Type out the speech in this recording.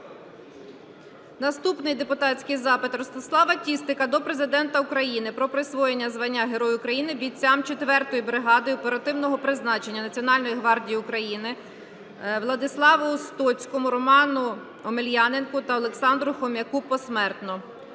Наступний депутатський запит Ростислава Тістика до Президента України про присвоєння звання Герой України бійцям 4-ї бригади оперативного призначення Національної гвардії України Владиславу Стоцькому, Роману Омеляненку та Олександру Хом'яку (посмертно).